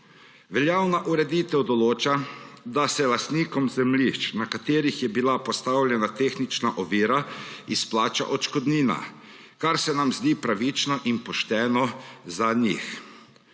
Veljavna ureditev določa, da se lastnikom zemljišč, na katerih je bila postavljena tehnična ovira, izplača odškodnina, kar se nam zdi pravično in pošteno za njih.